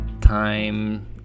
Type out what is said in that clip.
time